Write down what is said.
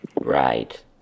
Right